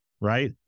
right